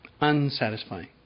unsatisfying